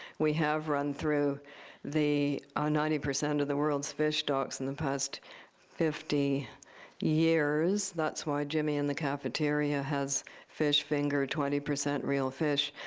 we have run through the ninety percent of the world's fish stocks in the past fifty years. that's why jimmy in the cafeteria has fish finger, twenty percent real fish.